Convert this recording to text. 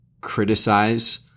criticize